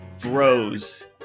Bros